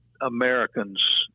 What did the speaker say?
Americans